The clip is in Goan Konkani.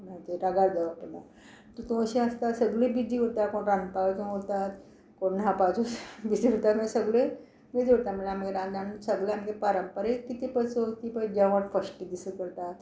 कोणाचे रागार जावप ना तितूंत अशी आसता सगलीं बिजी उरता कोण रांदपा हितूंत उरतात कोण न्हांवपा हितूंत उरता सगळे बिजी उरता म्हणल्यार आमी रांद सगळे आमगे पारंपारीक कितें पय चवथी पय जेवण फश्ट दिसा करतात